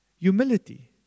humility